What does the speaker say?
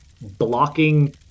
blocking